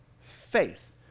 faith